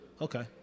Okay